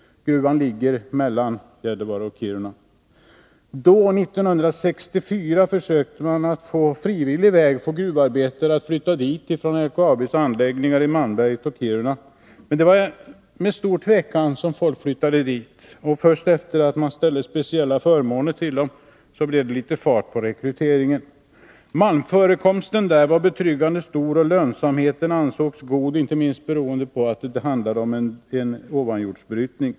Gruvan ligger mellan Gällivare och Kiruna. Då, 1964, försökte man att på frivillig väg få gruvarbetare att flytta till Svappavaara från LKAB:s anläggningar i Malmberget och Kiruna. Men det var med stor tvekan folk flyttade dit, och först efter det att speciella förmåner erbjudits dem blev det litet fart på rekryteringen. Malmförekomsten var betryggande stor och lönsamheten ansågs också god, inte minst beroende på att det var fråga om en ovanjordsbrytning.